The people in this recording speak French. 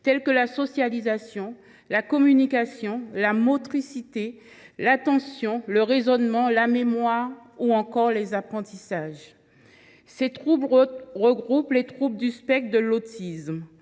affectent la socialisation, la communication, la motricité, l’attention, le raisonnement, la mémoire ou encore les apprentissages. Ils regroupent les troubles du spectre de l’autisme,